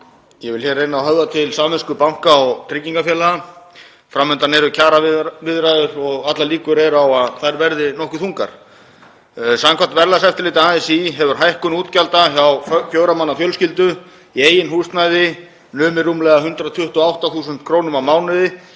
Ég vil reyna að höfða til samvisku banka og tryggingafélaga. Fram undan eru kjaraviðræður og allar líkur eru á að þær verði nokkuð þungar. Samkvæmt verðlagseftirliti ASÍ hefur hækkun útgjalda hjá fjögurra manna fjölskyldu í eigin húsnæði numið rúmlega 128.000 kr. á mánuði